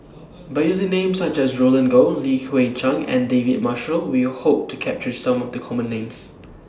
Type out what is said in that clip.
By using Names such as Roland Goh Li Hui Cheng and David Marshall We Hope to capture Some of The Common Names